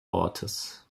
ortes